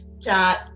dot